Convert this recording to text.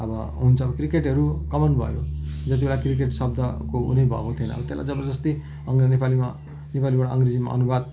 अब हुन्छ क्रिकेटहरू कमन भयो जति बेला क्रिकेट शब्दको उयो नै भएको थिएन अब त्यसलाई अङ्ग नेपालीमा नेपालीबाट अङ्ग्रेजीमा अनुवाद